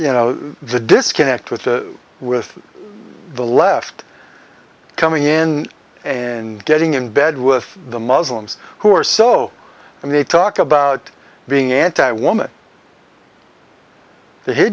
you know the disconnect with with the left coming in and getting in bed with the muslims who are so and they talk about being anti women they h